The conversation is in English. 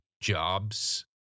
jobs